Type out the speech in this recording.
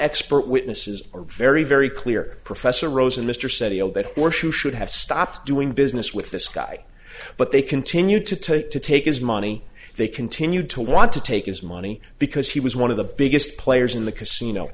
expert witnesses are very very clear professor rosen mr sethi obit or she should have stopped doing business with this guy but they continued to take his money they continued to want to take his money because he was one of the biggest players in the casino